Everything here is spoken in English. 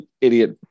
idiot